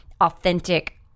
authentic